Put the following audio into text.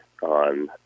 on